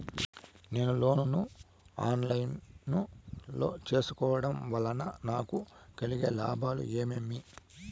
నేను లోను ను online లో సేసుకోవడం వల్ల నాకు కలిగే లాభాలు ఏమేమీ?